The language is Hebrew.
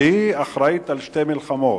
שהיא אחראית לשתי מלחמות.